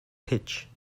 pitch